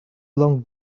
long